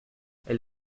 elle